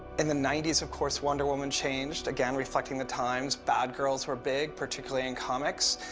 in the ninety s, of course, wonder woman changed, again reflecting the times. bad girls were big, particularly in comics.